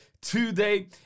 today